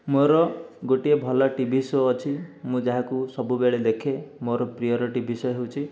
ମୋର ଗୋଟିଏ ଭଲ ଟି ଭି ସୋ' ଅଛି ମୁଁ ଯାହାକୁ ସବୁବେଳେ ଦେଖେ ମୋର ପ୍ରିୟର ଟି ଭି ସୋ' ହେଉଛି